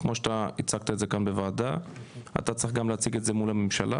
כמו שאתה הצגת את זה כאן בוועדה אתה צריך גם להציג את זה מול הממשלה